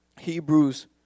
Hebrews